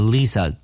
Lisa